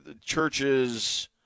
churches